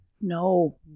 No